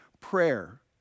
prayer